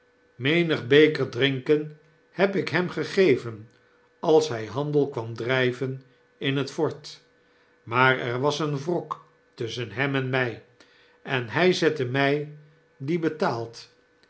menig beker drinken heb ik hem gegeven als hy handel kwam dryven in het fort maar er was een wrok tusschen hem en my en hij zette my dien betaald